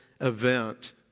event